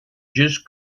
just